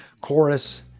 Chorus